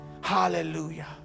Hallelujah